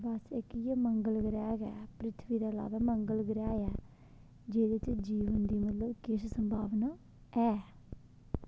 ते बस इक इ'यै मंगल ग्रैह् गै ऐ पृथ्वी दे इलावा मंगल ग्रैह् ऐ जेह्दे च जीवन दी मतलब किश संभावना ऐ